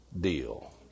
deal